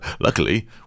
Luckily